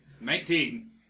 Nineteen